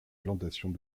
plantations